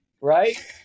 Right